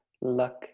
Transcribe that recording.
luck